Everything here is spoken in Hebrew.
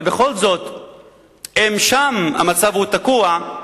אבל בכל זאת, אם שם המצב תקוע,